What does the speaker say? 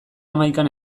hamaikan